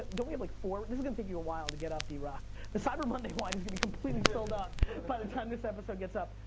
don't we have like four? this is gonna take you a while to get up, drock. the cyber monday wine is gonna be completely sold out by the time this episode gets up.